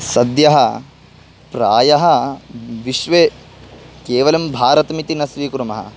सद्यः प्रायः विश्वे केवलं भारतमिति न स्वीकुर्मः